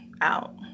out